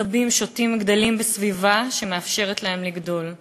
עשבים שוטים גדלים בסביבה שמאפשרת להם לגדול.